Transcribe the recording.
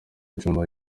djuma